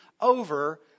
over